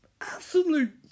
absolute